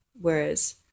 whereas